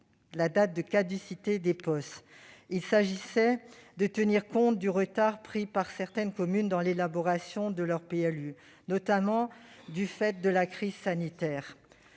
la date de caducité des POS. Il s'agissait de tenir compte du retard pris par certaines communes dans l'élaboration de leur PLU, notamment du fait de la crise sanitaire.